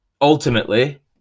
ultimately